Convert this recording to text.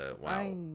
Wow